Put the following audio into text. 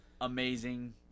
Amazing